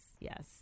yes